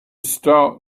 start